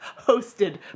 hosted